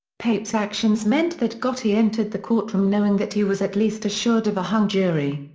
pape's actions meant that gotti entered the courtroom knowing that he was at least assured of a hung jury.